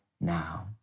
now